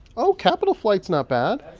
ah capital flight's not bad